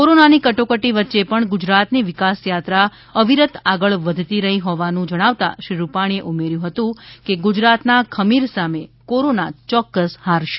કોરોનાની કટોકટી વચ્ચે પણ ગુજરાતની વિકાસ યાત્રા અવિરત આગળ વધતી રહી હોવાનું જણાવતા શ્રી રૂપાણી એ ઉમેર્યું હતું કે ગુજરાતના ખમીર સામે કોરોના ચોક્કસ હારશે